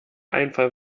einfall